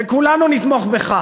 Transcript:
וכולנו נתמוך בך,